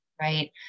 right